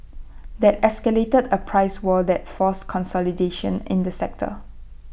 that escalated A price war that's forced consolidation in the sector